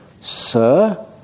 Sir